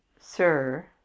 sir